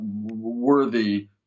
worthy